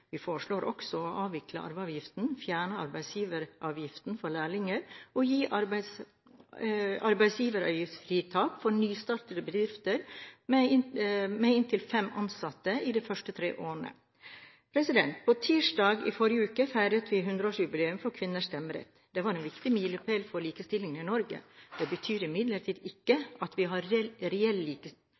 Vi foreslår også å avvikle arveavgiften, fjerne arbeidsgiveravgiften for lærlinger og gi arbeidsgiveravgiftsfritak for nystartede bedrifter med inntil fem ansatte i de første tre årene. På tirsdag i forrige uke feiret vi l00-årsjubileet for kvinners stemmerett. Det var en viktig milepæl for likestillingen i Norge. Det betyr imidlertid ikke at vi har reell